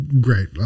great